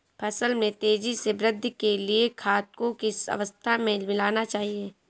फसल में तेज़ी से वृद्धि के लिए खाद को किस अवस्था में मिलाना चाहिए?